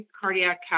cardiac